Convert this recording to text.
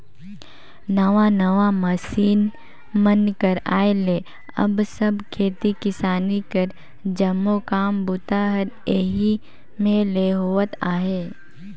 नावा नावा मसीन मन कर आए ले अब सब खेती किसानी कर जम्मो काम बूता हर एही मे ले होवत अहे